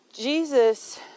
Jesus